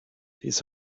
his